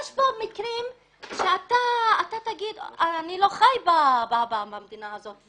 יש בו מקרים שאתה תאמר שאתה לא חי במדינה הזאת.